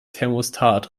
thermostat